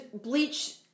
bleach